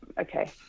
Okay